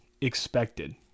expected